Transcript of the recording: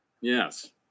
Yes